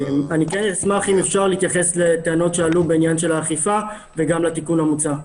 אשמח אם תאפשרו לי להתייחס לטענות שעלו בעניין האכיפה וגם לתיקון המוצע.